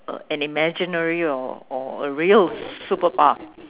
a an imaginary or or a real superpower